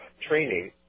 training